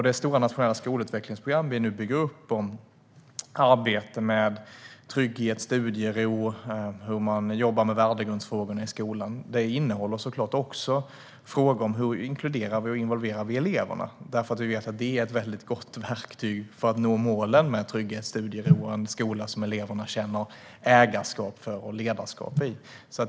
Det stora nationella skolutvecklingsprogram som vi nu bygger upp om arbete med trygghet, studiero och hur man jobbar med värdegrundsfrågorna i skolan innehåller såklart också frågor om hur vi inkluderar och involverar eleverna, eftersom vi vet att det är ett väldigt gott verktyg för att nå målen med trygghet, studiero och en skola som eleverna känner ägarskap för och ledarskap i.